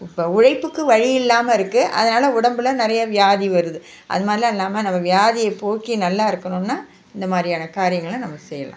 இப்போ உழைப்புக்கு வழி இல்லாமல் இருக்கு அதனால் உடம்பில் நிறைய வியாதி வருது அது மாதிரிலாம் இல்லாமல் நம்ம வியாதியை போக்கி நல்லா இருக்கணுன்னா இந்த மாதிரியான காரியங்களை நம்ம செய்யலாம்